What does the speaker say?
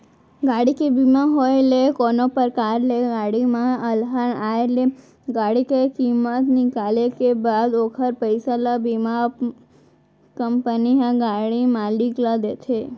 गाड़ी के बीमा होय ले कोनो परकार ले गाड़ी म अलहन आय ले गाड़ी के कीमत निकाले के बाद ओखर पइसा ल बीमा कंपनी ह गाड़ी मालिक ल देथे